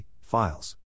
files